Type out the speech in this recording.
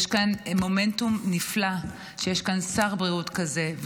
יש כאן מומנטום נפלא כשיש כאן שר בריאות כזה.